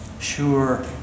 sure